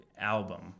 album